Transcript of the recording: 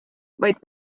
vaid